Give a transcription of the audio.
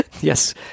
Yes